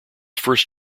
first